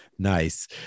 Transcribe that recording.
Nice